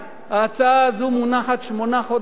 ההצעה הזאת מונחת שמונה חודשים.